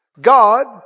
God